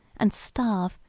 and starve,